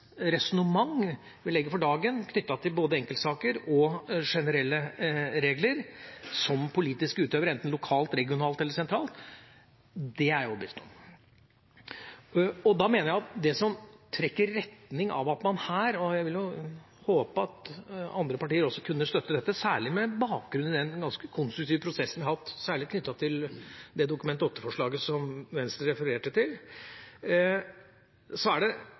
resonnement vi legger for dagen knyttet til både enkeltsaker og generelle regler som politiske utøvere, enten lokalt, regionalt eller sentralt, er jeg overbevist om. Da mener jeg at det som trekker i retning av dette – og jeg vil håpe at også andre partier vil kunne støtte dette, særlig med bakgrunn i den ganske konstruktive prosessen vi har hatt, og særlig knyttet det Dokument 8-forslaget som Venstre refererte til – er særlig det